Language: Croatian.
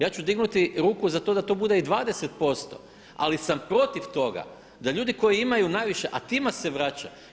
Ja ću dignuti ruku za to da to bude i 20% ali sam protiv toga da ljudi koji imaju najviše, a tima se vraća.